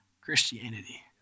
Christianity